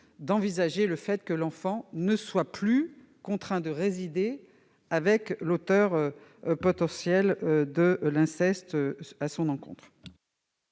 d'envisager le fait que l'enfant ne soit plus contraint de résider avec l'auteur potentiel de l'inceste commis à son encontre.